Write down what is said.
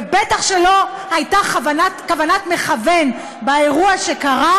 ובטח שלא הייתה כוונת מכוון באירוע שקרה,